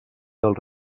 del